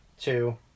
two